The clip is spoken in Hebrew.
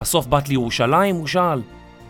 בסוף באת לירושלים הוא שאל